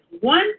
one